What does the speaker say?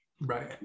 right